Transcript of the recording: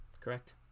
correct